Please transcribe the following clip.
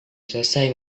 selesai